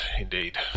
indeed